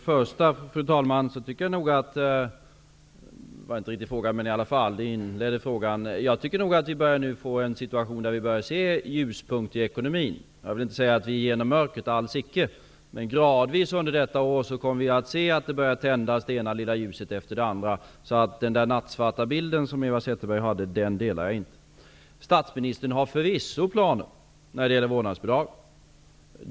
Fru talman! Jag tycker nog att vi nu börjar se ljuspunkter i ekonomin. Jag vill alls icke säga att vi har gått ut ur mörkret, men gradvis under detta år kommer vi att se att det ena lilla ljuset efter det andra börjar tändas. Eva Zetterbergs nattsvarta bild känner jag inte igen. Statsministern har förvisso planer när det gäller vårdnadsbidraget.